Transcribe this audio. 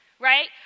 Right